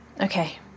Okay